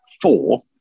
Four